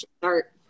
start